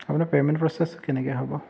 আপোনাৰ payment process কেনেকৈ হ'ব